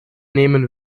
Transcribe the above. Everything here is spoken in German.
nehmen